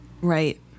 right